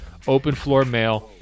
openfloormail